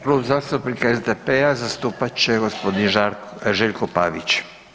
Klub zastupnika SDP-a zastupat će gospodin Željko Pavić.